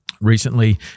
Recently